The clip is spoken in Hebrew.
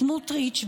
לסמוטריץ',